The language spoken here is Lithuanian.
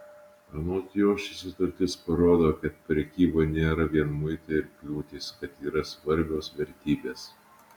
anot jo ši sutartis parodo kad prekyba nėra vien muitai ir kliūtys kad yra svarbios vertybės